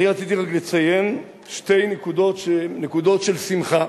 אני רציתי רק לציין שתי נקודות של שמחה: